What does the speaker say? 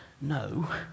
No